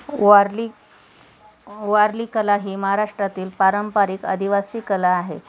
वारली वारली कला ही महाराष्ट्रातील पारंपरिक आदिवासी कला आहे